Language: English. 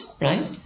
Right